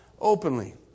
Openly